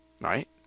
right